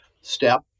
step